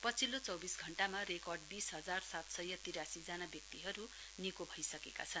पछिल्लो चौविस घण्टामा रेकर्ड बीस हजार सात सय तिरासीजना व्यक्तिहरू निको भइसकेका छन्